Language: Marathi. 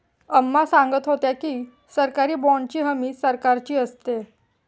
अम्मा सांगत होत्या की, सरकारी बाँडची हमी सरकारची असते